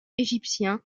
égyptiens